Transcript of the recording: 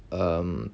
um